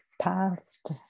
past